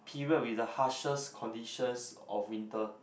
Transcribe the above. period with the harshest conditions of winter